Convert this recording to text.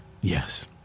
Yes